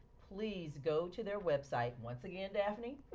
please go to their website. once again daphne?